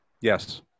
Yes